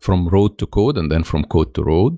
from road to code and then from code to road,